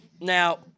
Now